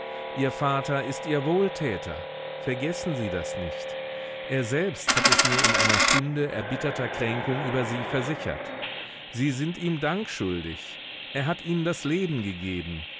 ihr vater ist ihr wohltäter vergessen sie das nicht er selbst hat es mir in einer stunde erbitterter kränkung über sie versichert sie sind ihm dank schuldig er hat ihnen das leben gegeben